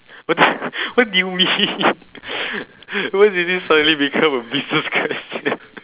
what do what do you mean why did it suddenly become a business question